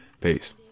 Peace